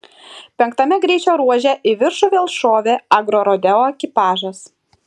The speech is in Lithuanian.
penktame greičio ruože į viršų vėl šovė agrorodeo ekipažas